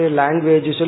language